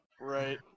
right